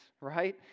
right